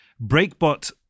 Breakbot